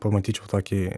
pamatyčiau tokį